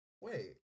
wait